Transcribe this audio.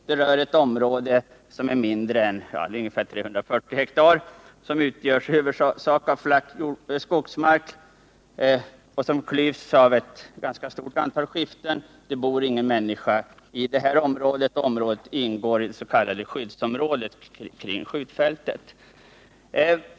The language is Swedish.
Ifrågavarande område är på ungefär 340 hektar och utgörs i huvudsak av flack skogsmark som klyvs av ett ganska stort antal skiften. Det bor ingen människa i området, som ingår i det s.k. riskområdet kring skjutfältet.